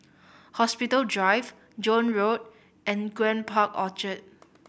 Hospital Drive Joan Road and Grand Park Orchard